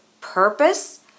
purpose